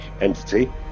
entity